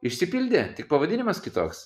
išsipildė tik pavadinimas kitoks